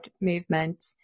movement